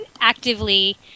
actively